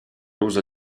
uso